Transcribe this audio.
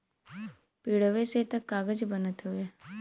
पेड़वे से त कागज बनत हउवे